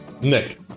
Nick